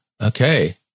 Okay